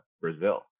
brazil